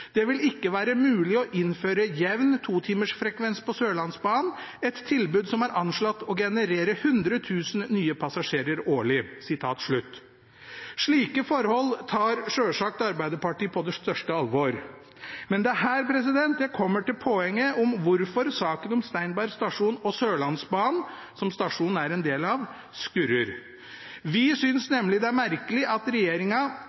Det vil ikke være mulig å innføre jevn totimersfrekvens på Sørlandsbanen, et tilbud som er anslått å generere 100 000 nye passasjerer årlig.» Slike forhold tar selvsagt Arbeiderpartiet på det største alvor. Men det er her jeg kommer til poenget om hvorfor saken om Steinberg stasjon og Sørlandsbanen, som stasjonen er en del av, skurrer. Vi